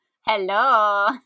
Hello